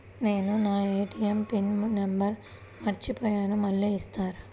నేను నా ATM pin number మర్చిపోయాను మళ్ళీ ఇస్తారా?